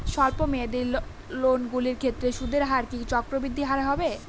স্বল্প মেয়াদী লোনগুলির ক্ষেত্রে সুদের হার কি চক্রবৃদ্ধি হারে হবে?